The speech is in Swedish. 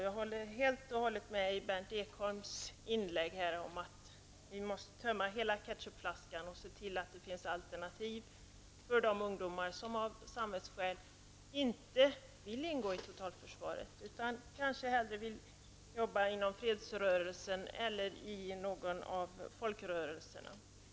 Jag håller helt med Berndt Ekholm om att vi måste tömma hela ketchupflaskan och se till att det finns alternativ för de ungdomar som av samvetsskäl inte vill ingå i totalförsvaret. De kanske hellre vill jobba inom fredsrörelsen eller i någon av folkrörelserna.